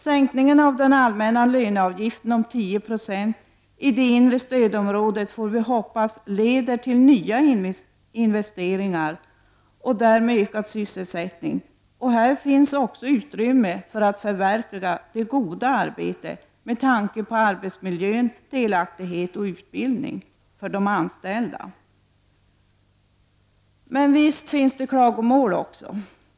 Sänkningen av den allmänna löneavgiften om 10 % i det inre stödområdet får vi hoppas leder till nya investeringar och därmed ökad sysselsättning. Här finns också utrymme för att förverkliga ''det goda arbetet'' med tanke på arbetsmiljön, delaktighet och utbildning för de anställda. Men visst finns det klagomål också.